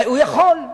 הוא יכול,